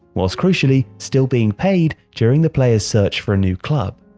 whilst, crucially, still being paid during the player's search for a new club.